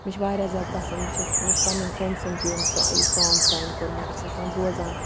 مےٚ چھِ واریاہ زیادٕ پَسنٛد بہٕ چھَس مےٚ چھِ پنٛنٮ۪ن فرٛٮ۪نٛڈزَن تہِ یِم سا یہِ سانٛگ سٮ۪نٛڈ کوٚرمُت بہٕ چھَس آسان بوزان